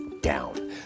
down